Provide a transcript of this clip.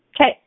Okay